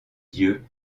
dieu